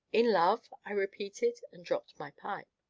in love? i repeated, and dropped my pipe.